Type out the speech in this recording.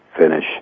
finish